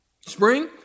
spring